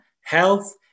health